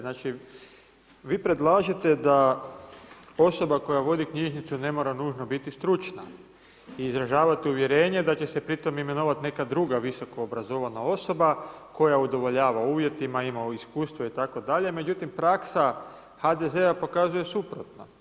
Znači vi predlažete da osoba koja vodi knjižnicu ne mora nužno biti stručna i izražavate uvjerenje da će se pri tome imenovat neka druga visoko obrazovana osoba koja udovoljava uvjetima, ima iskustvo itd. međutim praksa HDZ-a pokazuje suprotno.